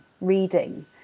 reading